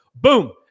Boom